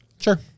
Sure